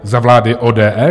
Za vlády ODS.